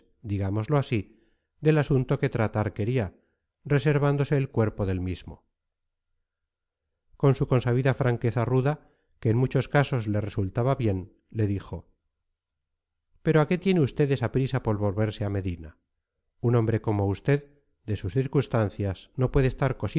digámoslo así del asunto que tratar quería reservándose el cuerpo del mismo con su consabida franqueza ruda que en muchos casos le resultaba bien le dijo pero a qué tiene usted esa prisa por volverse a medina un hombre como usted de sus circunstancias no puede estar